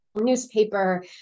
newspaper